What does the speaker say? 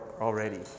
already